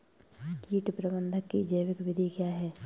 कीट प्रबंधक की जैविक विधि क्या है?